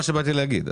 מה שבאתי להגיד.